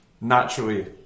naturally